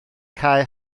cae